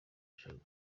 isiganwa